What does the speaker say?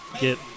get